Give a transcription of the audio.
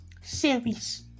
Series